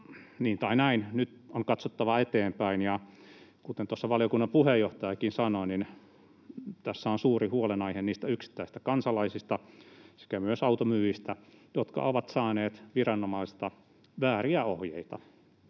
nyt on katsottava eteenpäin, ja kuten tuossa valiokunnan puheenjohtajakin sanoi, tässä on suuri huolenaihe niistä yksittäisistä kansalaisista sekä automyyjistä, jotka ovat saaneet viranomaisilta vääriä ohjeita